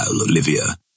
Olivia